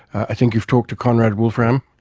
i think you've talked to conrad wolfram,